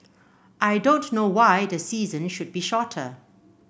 I don't know why the season should be shorter